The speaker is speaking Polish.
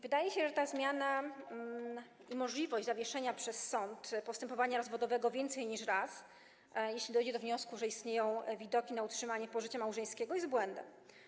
Wydaje się, że ta zmiana i możliwość zawieszenia przez sąd postępowania rozwodowego więcej niż raz, jeśli dojdzie do wniosku, że istnieją widoki na utrzymanie pożycia małżeńskiego, jest błędem.